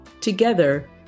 Together